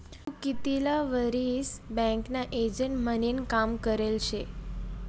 तू कितला वरीस बँकना एजंट म्हनीन काम करेल शे?